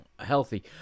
healthy